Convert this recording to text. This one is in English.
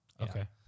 Okay